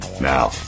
Now